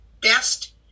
best